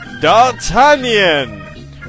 D'Artagnan